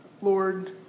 Lord